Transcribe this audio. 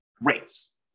rates